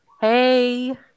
Hey